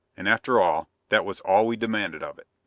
and, after all, that was all we demanded of it.